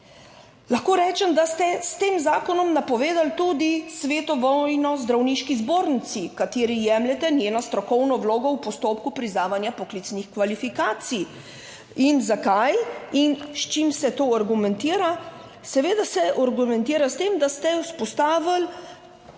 Lahko rečem, da ste s tem zakonom napovedali tudi svetovalno zdravniški zbornici, kateri jemljete njeno strokovno vlogo v postopku priznavanja poklicnih kvalifikacij in zakaj in s čim se to argumentira? Seveda se argumentira s tem, da ste vzpostavili